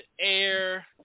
air